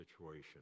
situation